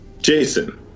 Jason